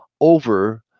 over